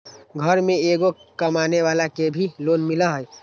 घर में एगो कमानेवाला के भी लोन मिलहई?